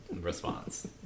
response